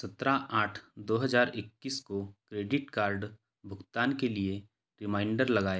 सत्रह आठ दो हज़ार इक्कीस को क्रेडिट कार्ड भुगतान के लिए रिमाइंडर लगाएँ